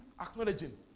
acknowledging